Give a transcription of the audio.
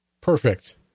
perfect